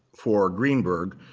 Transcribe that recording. for greenberg,